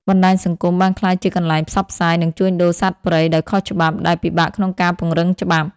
បណ្តាញសង្គមបានក្លាយជាកន្លែងផ្សព្វផ្សាយ និងជួញដូរសត្វព្រៃដោយខុសច្បាប់ ដែលពិបាកក្នុងការពង្រឹងច្បាប់។